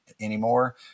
anymore